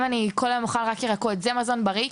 אם אני כל היום אוכל רק ירקות זה נחשב למזון בריא?